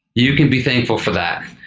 you can be thankful for that,